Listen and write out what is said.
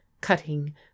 cutting